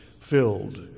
filled